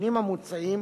שהתיקונים המוצעים